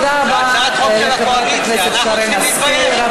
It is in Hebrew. תודה רבה לחברת הכנסת שרן השכל.